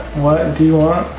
what do